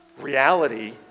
Reality